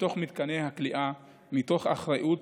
בתוך מתקני הכליאה, מתוך אחריות